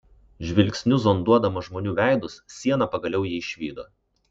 žvilgsniu zonduodama žmonių veidus siena pagaliau jį išvydo